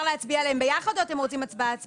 להצביע עליהן ביחד או אתם רוצים הצבעה-הצבעה?